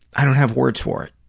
i don't have words for it.